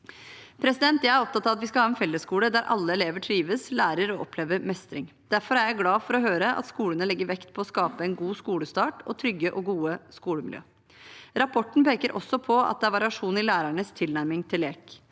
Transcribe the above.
Jeg er opptatt av at vi skal ha en fellesskole der alle elever trives, lærer og opplever mestring. Derfor er jeg glad for å høre at skolene legger vekt på å skape en god skolestart og trygge og gode skolemiljø. Rapporten peker også på at det er variasjon i lærernes tilnærming til lek.